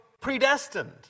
predestined